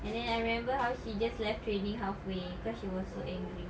and then I remember how she just left training halfway cause she was so angry